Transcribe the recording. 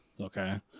Okay